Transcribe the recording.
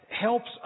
helps